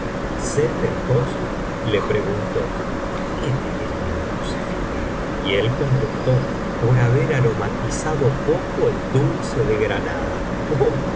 y sett el hosn le preguntó y por qué te querían crucificar y él contestó por haber aro biblioteca valenciana generalitat valenciana historia del visie nureddin matizado poco el dulce de granada